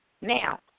now